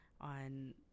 on